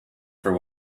for